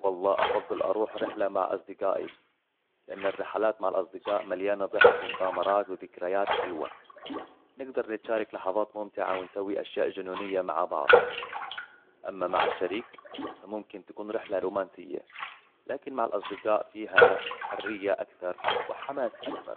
والله أفضل أروح رحلة مع أصدقائي لأن الرحلات مع الأصدقاء مليانه ضحك ومغامرات وذكريات حلوة نقدر نتشارك لحظات ممتعة ونسوي أشياء جنونية مع بعض أما مع الشريك فممكن تكون رحلة رومانسية لكن مع الأصدقاء فيها حرية أكثر وحماس أكبر